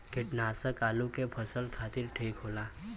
कीटनाशक आलू के फसल खातिर ठीक होला